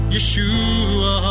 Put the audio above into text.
Yeshua